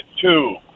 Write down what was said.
two